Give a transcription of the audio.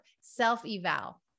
self-eval